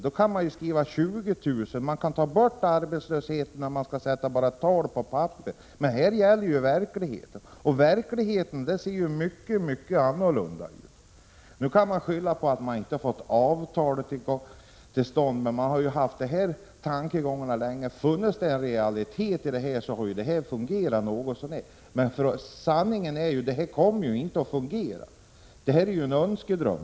Då kan man skriva 20 000. Man kan ta bort arbetslösheten, om det bara gäller att sätta en siffra på papperet. Men här gäller verkligheten, och den ser helt annorlunda ut. Nu kan man skylla på att avtalet inte har kommit till stånd, men tankegångarna har ju funnits länge. Hade man hållit sig till realiteter, hade det hela fungerat något så när. Sanningen är ju den att det här inte kommer att fungera. Det rör sig om en önskedröm.